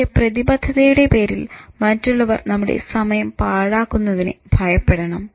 പക്ഷെ പ്രതിബദ്ധതയുടെ പേരിൽ മറ്റുള്ളവർ നമ്മുടെ സമയം പാഴാക്കുന്നതിനെ ഭയപ്പെടണം